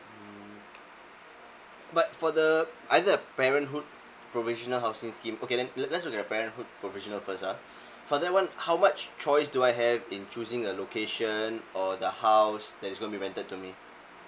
mm but for the either a parenthood provisional housing scheme okay then let let's look at the parenthood provisional first ah for that one how much choice do I have in choosing a location or the house that is going to be rented to me